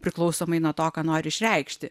priklausomai nuo to ką nori išreikšti